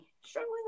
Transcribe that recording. Struggling